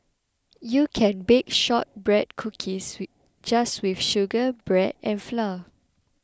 you can bake Shortbread Cookies just with sugar butter and flour